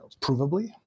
provably